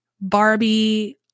Barbie